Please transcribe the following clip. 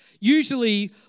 Usually